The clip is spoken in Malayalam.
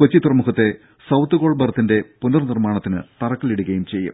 കൊച്ചി തുറമുഖത്തെ സൌത്ത് കോൾ ബർത്തിന്റെ പുനർ നിർമാണത്തിന് തറക്കല്ലിടുകയും ചെയ്യും